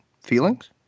feelings